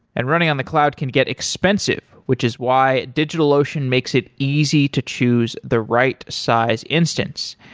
and running on the cloud can get expensive, which is why digitalocean makes it easy to choose the right size instance.